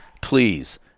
Please